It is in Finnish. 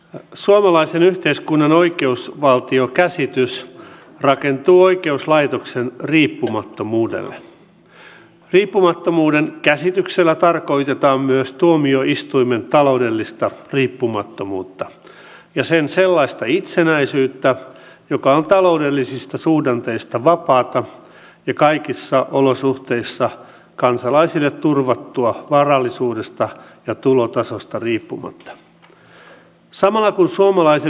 haluan tuoda tässä esille että suomen ratkaisu kun ollaan tehty tämä sähköinen tunnistaminen markkinaehtoisesti toisella tavalla kuin mitä virossa on tehty on itse asiassa modernimpi ratkaisu kuin mitä tuolla maamme eteläpuolella kaiken kaikkiaan on tehty